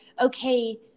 okay